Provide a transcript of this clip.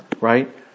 right